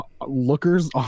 lookers